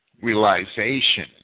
realization